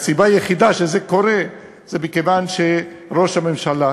והסיבה היחידה לכך שזה קורה היא שראש הממשלה